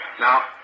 Now